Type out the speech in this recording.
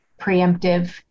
preemptive